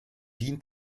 dient